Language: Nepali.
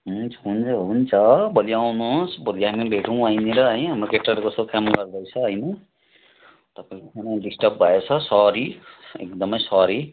हुन् हुन्छ हुन्छ भोलि आउनु होस् भोलि हामी भेटौँ उहीँनेर है हाम्रो केटाहरूको कस्तो काम गर्दो रहेछ होइन तपाईँको खाना डिस्टर्भ भएछ सरी एकदम सरी